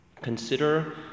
Consider